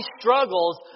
struggles